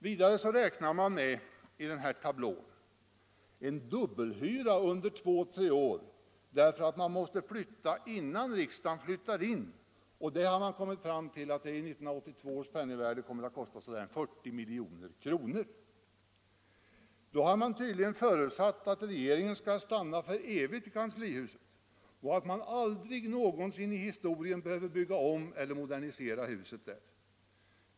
Vidare räknar man i den här tablån med en dubbelhyra under två tre år därför att departementen måste flytta innan riksdagen flyttar in. Man har kommit fram till att det i 1982 års penningvärde skall kosta så där 40 milj.kr. Då har man tydligen förutsatt att regeringen skall stanna för evigt i kanslihuset och att man aldrig någonsin i historien behöver bygga om eller modernisera det huset.